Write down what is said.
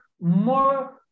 more